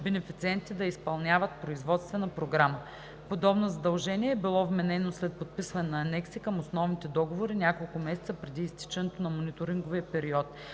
бенефициентите да изпълняват производствена програма. Подобно задължение е било вменено след подписване на анекси към основните договори няколко месеца преди изтичането на мониторинговия период.